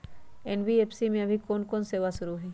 NBFC में अभी कोन कोन सेवा शुरु हई?